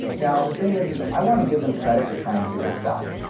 now the thing is is i want to give them credit for trying to figure this out